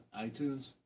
iTunes